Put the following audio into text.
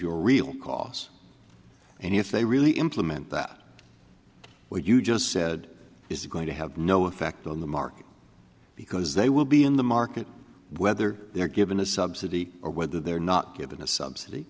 your real costs and if they really implement that where you just said it's going to have no effect on the market because they will be in the market whether they're given a subsidy or whether they're not given a subsidy